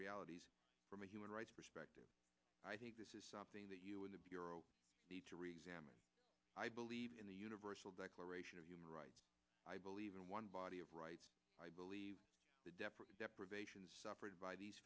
realities from a human rights perspective i think this is something that you in the bureau the to reexamine i believe in the universal declaration of human rights i believe in one body of rights i believe the deference deprivations suffered by these